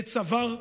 הא צוואר,